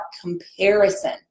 comparison